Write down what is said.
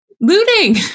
Looting